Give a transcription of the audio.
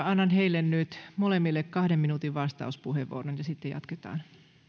annan heille nyt molemmille kahden minuutin vastauspuheenvuoron ja sitten jatketaan